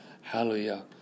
hallelujah